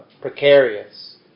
precarious